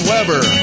Weber